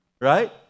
right